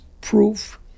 proof